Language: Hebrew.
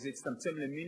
וזה הצטמצם למינימום,